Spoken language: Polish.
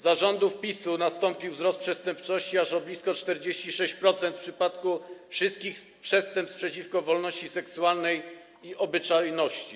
Za rządów PiS-u nastąpił wzrost przestępczości aż o blisko 46% w przypadku wszystkich przestępstw przeciwko wolności seksualnej i obyczajności.